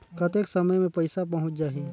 कतेक समय मे पइसा पहुंच जाही?